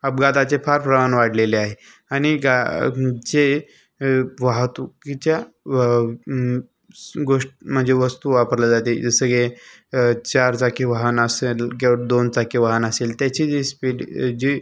अपघाताचे फार प्रमाण वाढलेले आहे आणि गा जे वाहतुकीच्या स गोष्ट् म्हणजे वस्तू वापरल्या जाते जसं की चारचाकी वाहन असेल किंवा दोन चाकी वाहन असेल त्याची जी स्पीड जी